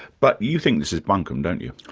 but you think this is bunkum don't you?